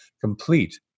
complete